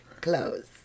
clothes